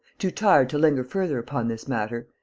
too tired to linger further upon this matter,